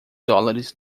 dólares